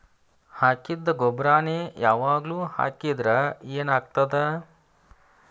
ಹಾಕಿದ್ದ ಗೊಬ್ಬರಾನೆ ಯಾವಾಗ್ಲೂ ಹಾಕಿದ್ರ ಏನ್ ಆಗ್ತದ?